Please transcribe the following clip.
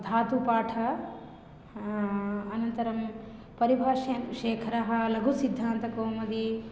धातुपाठात् अनन्तरं परिभाषेन्दुशेखरः लघुसिद्धान्तकौमुदी